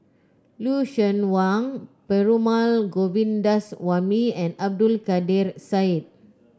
Lucien Wang Perumal Govindaswamy and Abdul Kadir Syed